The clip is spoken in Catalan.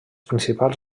principals